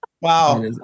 Wow